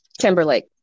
Timberlake